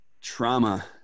trauma